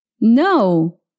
No